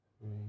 three